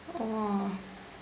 oh